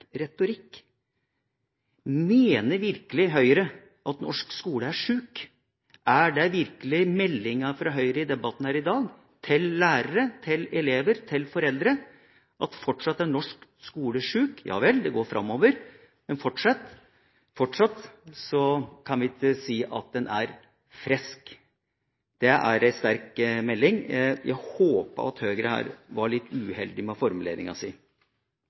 retorikk. Mener virkelig Høyre at norsk skole er sjuk? Er det virkelig meldinga fra Høyre i debatten her i dag til lærere, til elever, til foreldre, at norsk skole fortsatt er sjuk? Ja vel, det går framover, men fortsatt kan vi ikke si at den er «frisk». Det er en sterk melding. Jeg håper at Høyre her var litt uheldig med formuleringa si.